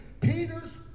Peter's